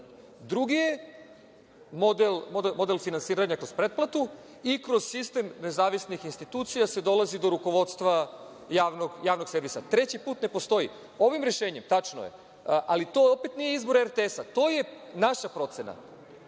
BBC.Drugi je model finansiranja kroz pretplatu i kroz sistem nezavisnih institucija se dolazi do rukovodstva javnog servisa. Treći put ne postoji. Ovim rešenjem, tačno je, ali to opet nije izbor RTS, to je naša procena.